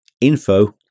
info